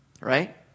Right